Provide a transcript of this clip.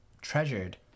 treasured